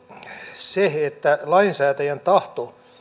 se että lainsäätäjän tahto